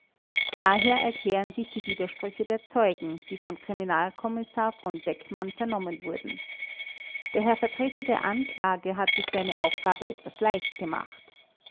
daher erklären sich die widersprüche der zeugen die von kriminalkommissar v bäckmann vernommen wurden der herr vertreter der anklage hat sich seine aufgabe etwas leicht gemacht